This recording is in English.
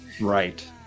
Right